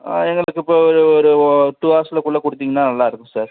எங்களுக்கு இப்போ ஒரு ஒரு டூ அவர்ஸ்க்குள்ளே கொடுத்தீங்கன்னா நல்லாயிருக்கும் சார்